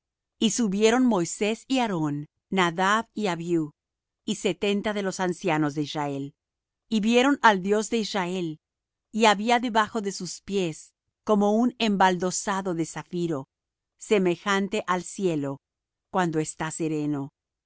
y subieron moisés y aarón nadab y abiú y setenta de los ancianos de israel y vieron al dios de israel y había debajo de sus pies como un embaldosado de zafiro semejante al cielo cuando está sereno